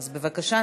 אז בבקשה,